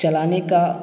چلانے کا